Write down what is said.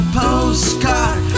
postcard